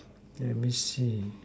let me see